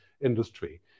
industry